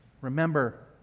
Remember